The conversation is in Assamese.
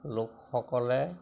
লোকসকলে